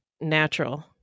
natural